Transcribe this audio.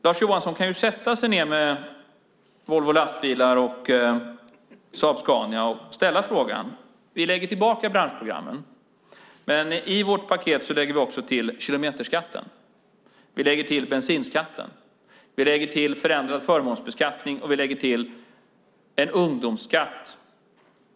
Lars Johansson kan sätta sig ned med Volvo Lastvagnar och Saab Scania och säga: Vi lägger tillbaka branschprogrammen, men i vårt paket lägger vi också till kilometerskatten. Vi lägger till bensinskatten. Vi lägger till förändrad förmånsbeskattning, och vi lägger till en ungdomsskatt.